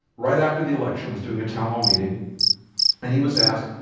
right after the election was doing a town hall meeting and he was asked